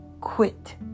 quit